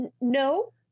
No